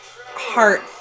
heart